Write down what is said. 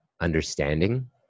understanding